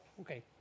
okay